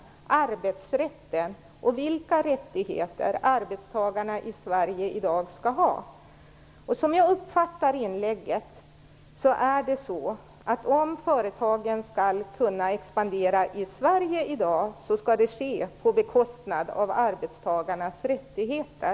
Det gäller ju arbetsrätten och vilka rättigheter arbetstagarna i Sverige i dag skall ha. Jag uppfattar inlägget här så, att om företagen skall kunna expandera i Sverige i dag skall det ske på bekostnad av arbetstagarnas rättigheter.